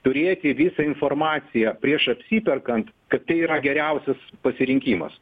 turėti visą informaciją prieš apsiperkant kad tai yra geriausias pasirinkimas